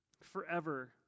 forever